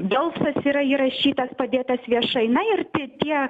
balsas yra įrašytas padėtas viešai na ir tie